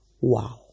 Wow